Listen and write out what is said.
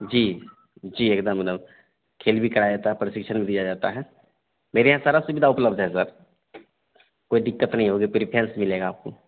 जी जी एकदम एकदम खेल भी कराया जाता है प्रशिक्षण भी दिया जाता है मेरे यहाँ सारी सुविधा उपलब्ध है सर कोई दिक्कत नहीं होगी प्रेफ़रेन्स मिलेगा आपको